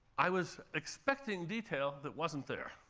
i was expecting detail that wasn't there.